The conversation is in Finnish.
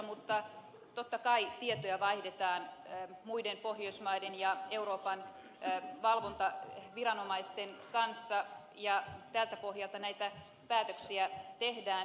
mutta totta kai tietoja vaihdetaan muiden pohjoismaiden ja euroopan valvontaviranomaisten kanssa ja tältä pohjalta näitä päätöksiä tehdään